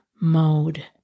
mode